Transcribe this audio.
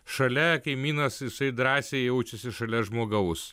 šalia kaimynas jisai drąsiai jaučiasi šalia žmogaus